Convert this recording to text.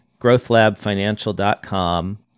growthlabfinancial.com